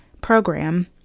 program